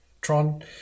Tron